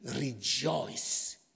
rejoice